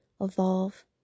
evolve